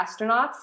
astronauts